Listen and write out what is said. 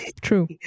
True